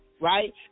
Right